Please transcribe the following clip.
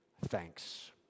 Thanks